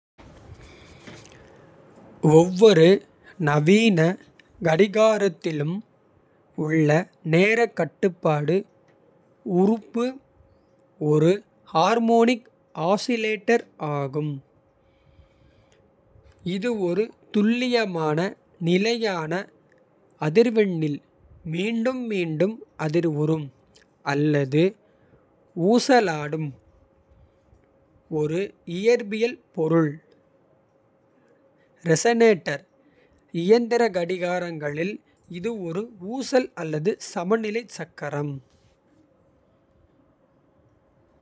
ஒவ்வொரு நவீன கடிகாரத்திலும் உள்ள நேரக்கட்டுப்பாடு. உறுப்பு ஒரு ஹார்மோனிக் ஆஸிலேட்டர் ஆகும். இது ஒரு துல்லியமான நிலையான அதிர்வெண்ணில். மீண்டும் மீண்டும் அதிர்வுறும் அல்லது ஊசலாடும். ஒரு இயற்பியல் பொருள் ரெசனேட்டர் இயந்திர. கடிகாரங்களில் இது ஒரு ஊசல் அல்லது சமநிலை சக்கரம்.